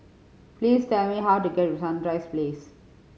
please tell me how to get to Sunrise Place